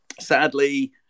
Sadly